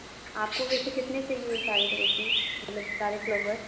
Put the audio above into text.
आपको वैसे कितने चाहिए सारे मतलब सारे फलोंवर